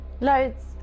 Loads